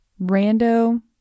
Rando